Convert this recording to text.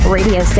Radio